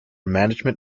management